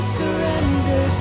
surrender